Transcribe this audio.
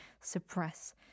suppress